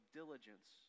diligence